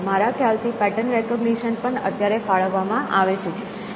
મારા ખ્યાલ થી પેટર્ન રેકગ્નિશન પણ અત્યારે ફાળવવામાં આવે છે